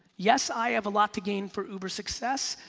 yes, i have a lot to gain for uber's success.